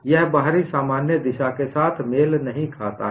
यह बाहरी सामान्य दिशा के साथ मेल नहीं खाता है